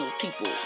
people